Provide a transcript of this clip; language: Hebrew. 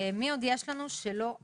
מי עוד יש לנו שלא עלה?